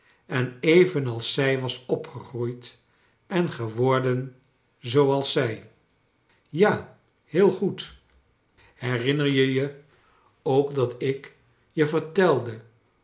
en evenals zij was opgegroeid en geworden zooals zij ja heel goed herinner je je ook dat ik je vertelde